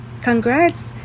congrats